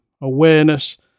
awareness